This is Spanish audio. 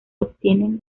obtienen